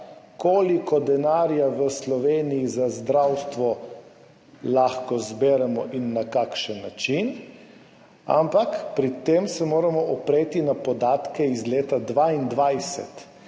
koliko denarja v Sloveniji za zdravstvo lahko zberemo in na kakšen način. Ampak pri tem se moramo opreti na podatke iz leta 2022,